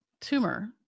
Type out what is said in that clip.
tumor